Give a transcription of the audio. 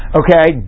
okay